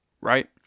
Right